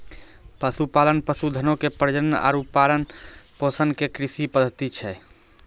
पशुपालन, पशुधनो के प्रजनन आरु पालन पोषण के कृषि पद्धति छै